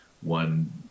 one